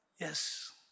Yes